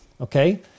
Okay